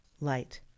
light